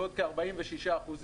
ועוד כ-46%